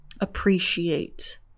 appreciate